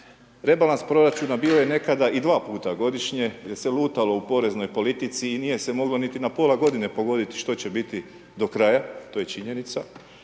rebalans proračuna bio je nekada i dva puta godišnje jer se lutalo u poreznoj politici i nije se moglo niti na pola godine pogoditi što će biti do kraja, to je činjenica